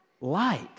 Light